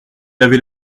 laver